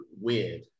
weird